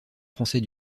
français